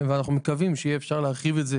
ואנחנו מקווים שאפשר יהיה להרחיב את זה